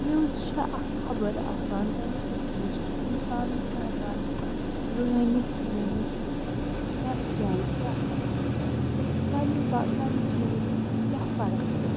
news چھِ اکھ خبر آسان تَمہِ قسمٕچ کہِ اِنسان نہٕ چھُ ہیٚکان زٲنِتھ مٲنِتھ تہِ بہٕ کَتھ جایہِ کیٛاہ سَپُد تہٕ کَمہِ با کَمہِ چیٖزٕ سۭتۍ کیٛاہ فرق پیٛو